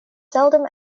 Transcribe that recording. seldom